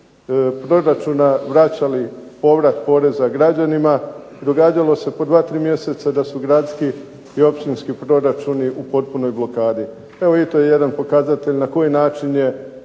proračuna vraćali povrat poreza građanima. Događalo se po 2, 3 mjeseca da su gradski i općinski proračuni u potpunoj blokadi. Evo i to je jedan pokazatelj na koji način je